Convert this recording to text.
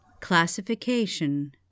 Classification